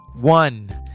One